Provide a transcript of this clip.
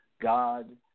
God